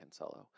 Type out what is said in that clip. Cancelo